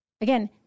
Again